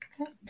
Okay